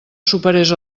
superés